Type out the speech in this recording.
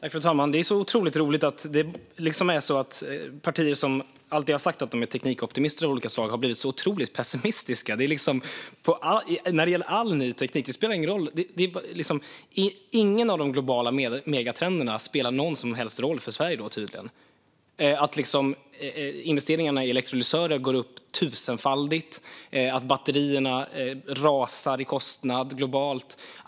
Fru talman! Det är så otroligt roligt att partier som alltid har sagt att de är teknikoptimister av olika slag har blivit så otroligt pessimistiska när det gäller all ny teknik. Det spelar ingen roll. Ingen av de globala megatrenderna spelar någon som helst roll för Sverige tydligen. Investeringarna i elektrolysörer går upp tusenfaldigt, och batterierna rasar i kostnad globalt.